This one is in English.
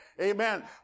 amen